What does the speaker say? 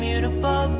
Beautiful